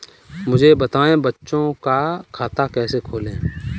मुझे बताएँ बच्चों का खाता कैसे खोलें?